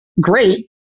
Great